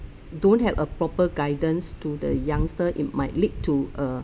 don't have a proper guidance to the youngster it might lead to a